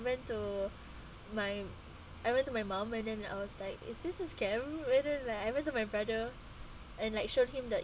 went to my I went to my mom and then I was like is this a scam later like I ran my brother and like showed him that